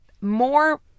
More